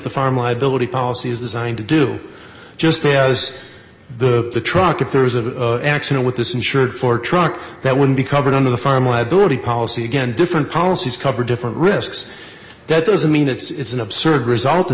the farm liability policy is designed to do just as the truck if there is a accident with this insured for a truck that would be covered under the farm liability policy again different policies cover different risks that doesn't mean it's an absurd result to